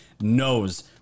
knows